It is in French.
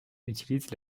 utilise